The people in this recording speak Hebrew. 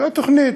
זו תוכנית,